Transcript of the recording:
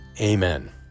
amen